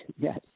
yes